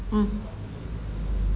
mm